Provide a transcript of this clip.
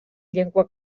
llengua